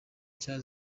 nshya